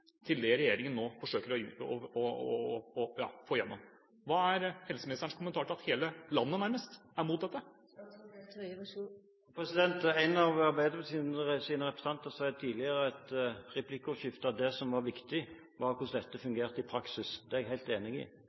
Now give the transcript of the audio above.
til det regjeringen nå forsøker å få igjennom. Hva er helseministerens kommentar til at hele landet nærmest er imot dette? En av Arbeiderpartiets representanter sa tidligere i et replikkordskifte at det som var viktig, var hvordan dette fungerte i praksis. Det er jeg helt enig i.